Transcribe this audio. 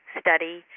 study